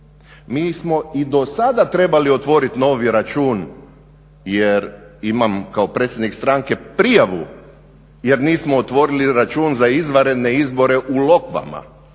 Mi smo i do sad trebali otvoriti novi račun jer imam kao predsjednik stranke prijavu jer nismo otvorili račun za izvanredne izbore u Lokvama.